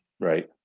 right